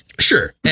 Sure